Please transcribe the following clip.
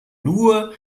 nur